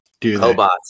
Cobots